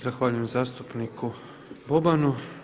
Zahvaljujem zastupniku Bobanu.